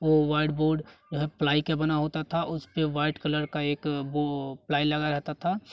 वो wide board जो है प्लाई के बना होता था उस पे वाइट कलर का एक बो प्लाई लगा रहता था